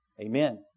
Amen